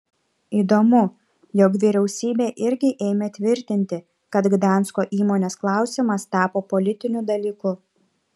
įdomu jog vyriausybė irgi ėmė tvirtinti kad gdansko įmonės klausimas tapo politiniu dalyku